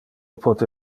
pote